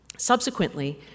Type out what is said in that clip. Subsequently